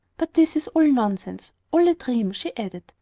but this is all nonsense all a dream, she added.